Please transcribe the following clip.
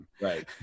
Right